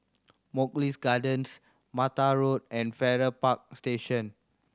Mugliston Gardens Mattar Road and Farrer Park Station